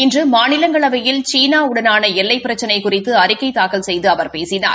இன்று மாநிலங்களவையில் சீன வுடனான எல்லை பிரச்சினை குறித்து அறிக்கை தாக்கல் செய்து அவா பேசினார்